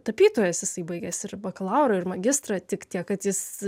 tapytojas jisai baigęs ir bakalaurą ir magistrą tik tiek kad jis